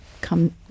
come